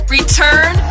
Return